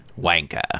Wanker